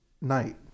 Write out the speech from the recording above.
night